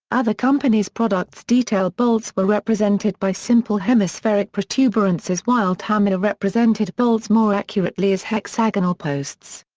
other companies' products' detail bolts were represented by simple hemispheric protuberances while tamiya represented bolts more accurately as hexagonal posts.